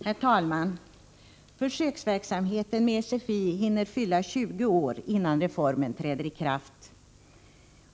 Herr talman! Försöksverksamheten med SFI hinner fylla 20 år innan reformen träder i kraft.